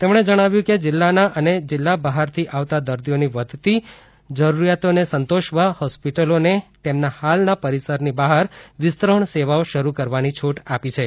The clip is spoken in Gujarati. તેમણે જણાવ્યું કે જિલ્લાના અને જિલ્લા બહાર થી આવતા દર્દીઓની વધતી જરૂરિયાતોને સંતોષવા હોસ્પિટલોને તેમના હાલના પરિસરની બહાર વિસ્તરણ સેવાઓ શરૂ કરવાની છૂટ આપી છે